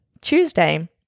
Tuesday